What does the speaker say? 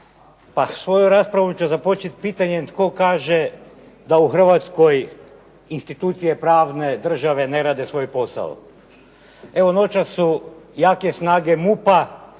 Svoju raspravu ću započeti pitanjem tko kaže da u Hrvatskoj institucije pravne države ne rade svoj posao. Evo noćas su jake snage MUP-a